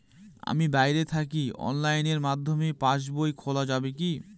আমি বাইরে থাকি অনলাইনের মাধ্যমে পাস বই খোলা যাবে কি?